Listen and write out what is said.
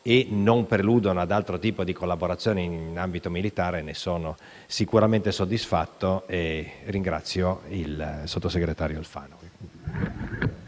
e non preludono ad altro tipo di collaborazione in ambito militare, ne sono sicuramente soddisfatto e ringrazio il sottosegretario Alfano